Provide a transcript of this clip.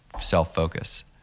self-focus